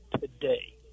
today